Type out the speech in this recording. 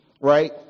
right